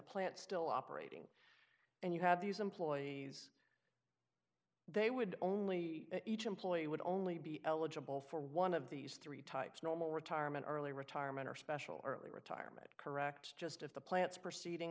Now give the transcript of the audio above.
plant still operating and you had these employees they would only each employee would only be eligible for one of these three types normal retirement early retirement or special early retirement correct just if the plants proceeding